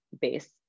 base